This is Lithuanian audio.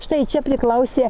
štai čia priklausė